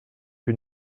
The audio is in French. que